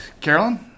Carolyn